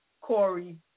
Corey